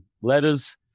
letters